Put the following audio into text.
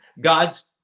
God's